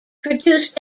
produced